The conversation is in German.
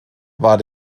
war